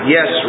Yes